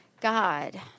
God